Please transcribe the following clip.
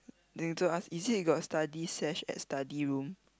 ask is it you got study sesh at study room